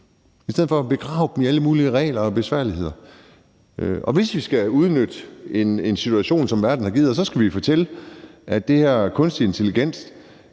i stedet for at begrave dem i alle mulige regler og besværligheder. Hvis vi skal udnytte en situation, som verden har givet os, skal vi fortælle, at det her kunstige intelligens